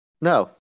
No